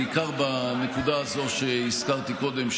בעיקר בנקודה הזו שהזכרתי קודם,